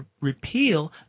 repeal